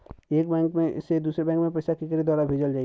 एक बैंक से दूसरे बैंक मे पैसा केकरे द्वारा भेजल जाई?